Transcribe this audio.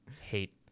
hate